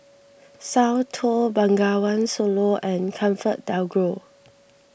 Soundteoh Bengawan Solo and ComfortDelGro